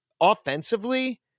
offensively